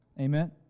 Amen